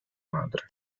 madre